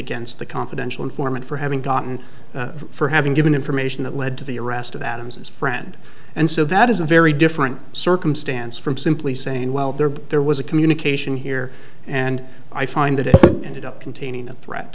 against the confidential informant for having gotten for having given information that led to the arrest of adams's friend and so that is a very different circumstance from simply saying well there was a communication here and i find that it ended up containing a threat